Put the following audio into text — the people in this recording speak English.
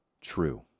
true